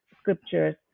scriptures